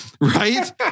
right